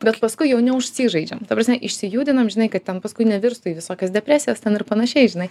bet paskui jau neužsižaidžiam ta prasme išsijudinam žinai kad ten paskui nevirstų į visokias depresijas ten ir panašiai žinai